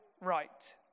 right